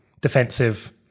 defensive